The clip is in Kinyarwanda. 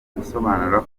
gusobanura